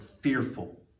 fearful